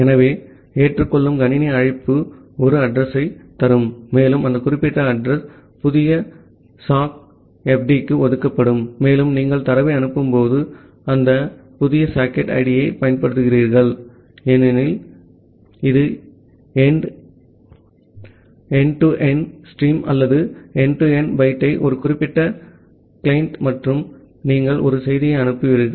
ஆகவே ஏற்றுக்கொள்ளும் கணினி அழைப்பு ஒரு அட்ரஸ் யைத் தரும் மேலும் அந்த குறிப்பிட்ட அட்ரஸ் புதிய சாக் எஃப்டிக்கு ஒதுக்கப்படும் மேலும் நீங்கள் தரவை அனுப்பும்போது அந்த புதிய சாக்கெட் ஐடியைப் பயன்படுத்துகிறீர்கள் ஏனெனில் இது எண்ட் டு எண்ட் ஸ்ட்ரீம் அல்லது எண்ட் டு எண்ட் பைப்பை ஒரு குறிப்பிட்ட கிளையண்ட் மற்றும் நீங்கள் ஒரு செய்தியை அனுப்புவீர்கள்